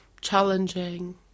challenging